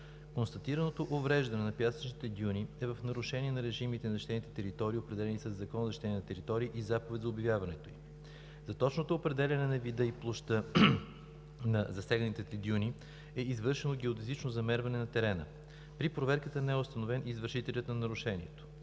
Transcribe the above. Констатираното увреждане на пясъчните дюни е в нарушение на режимите на защитените територии, определени със Закона за защитените територии и заповед за обявяването им. За точното определяне на вида и площта на засегнатите дюни е извършено геодезично замерване на терена. При проверката не е установен извършителят на нарушението.